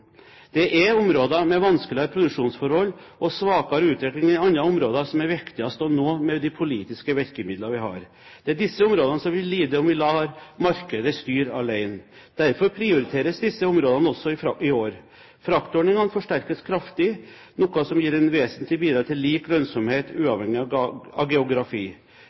Det er områder med vanskeligere produksjonsforhold og svakere utvikling enn andre områder som er viktigst å nå med de politiske virkemidlene vi har. Det er disse områdene som vil lide om vi lar markedet styre alene. Derfor prioriteres disse områdene også i år. Fraktordningene forsterkes kraftig, noe som gir et vesentlig bidrag til lik lønnsomhet uavhengig av geografi.